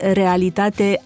realitate